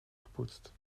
gepoetst